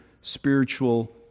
spiritual